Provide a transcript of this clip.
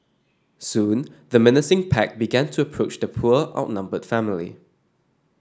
soon the menacing pack began to approach the poor outnumbered family